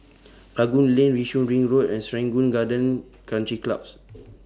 Rangoon Lane Yishun Ring Road and Serangoon Gardens Country Clubs